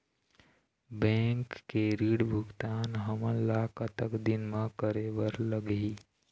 Bank के ऋण भुगतान हमन ला कतक दिन म करे बर लगही?